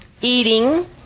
eating